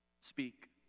Speak